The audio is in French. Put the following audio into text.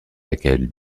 laquelle